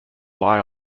lie